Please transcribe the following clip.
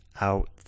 out